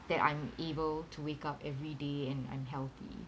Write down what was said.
that I'm able to wake up everyday and I'm healthy